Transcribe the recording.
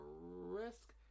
Risk